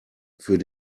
für